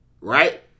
right